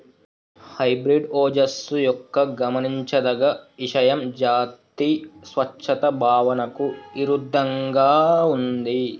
hybrid ఓజస్సు యొక్క గమనించదగ్గ ఇషయం జాతి స్వచ్ఛత భావనకు ఇరుద్దంగా ఉంది